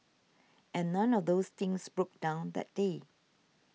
and none of those things broke down that day